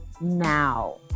now